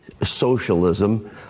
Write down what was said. socialism